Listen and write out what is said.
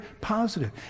positive